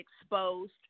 exposed